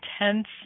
intense